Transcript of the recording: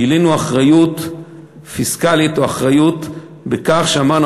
גילינו אחריות פיסקלית או אחריות בכך שאמרנו,